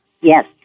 Yes